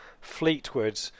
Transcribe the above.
Fleetwood